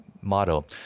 model